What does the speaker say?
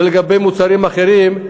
לגבי מוצרים אחרים,